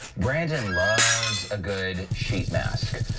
brandon loves a good sheet mask.